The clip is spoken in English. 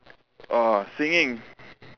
oh singing